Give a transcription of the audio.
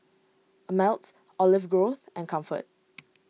Ameltz Olive Grove and Comfort